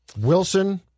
Wilson